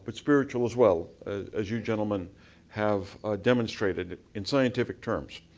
but spiritual as well as you gentlemen have demonstrated in scientific terms.